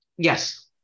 Yes